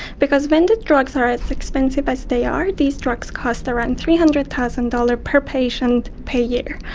because when the drugs are as expensive as they are, these drugs cost around three hundred thousand dollars per patient per year,